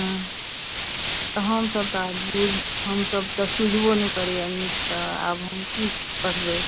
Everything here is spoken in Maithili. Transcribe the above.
हँ तऽ हम सब तऽ आब बूढ़ हम सब तऽ सुझबो नै करैए नीकसऽ आब हम कि पढ़बै